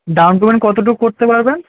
down payment কতটুক করতে পারবেন